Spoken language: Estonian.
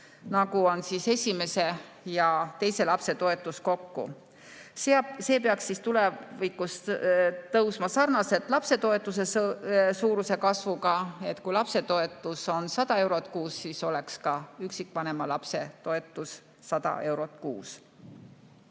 nagu on esimese ja teise lapse toetus kokku. See peaks siis tulevikus tõusma sarnaselt lapsetoetuse suuruse kasvuga, et kui lapsetoetus on 100 eurot kuus, siis oleks ka üksikvanema lapse toetus 100 eurot kuus.